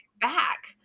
back